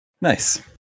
Nice